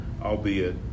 albeit